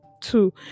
two